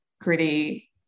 gritty